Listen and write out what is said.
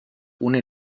ohne